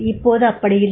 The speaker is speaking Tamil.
இப்போது அப்படியில்லை